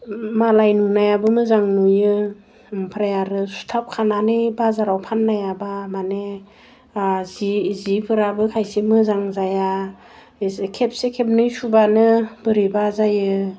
मालाइ नुनायाबो मोजां नुयो ओमफ्राय आरो सुथाब खानानै बाजाराव फान्नायाबा माने जि जिफोराबो खायसे मोजां जाया इसे खेबसे खेबनै सुबानो बोरैबा जायो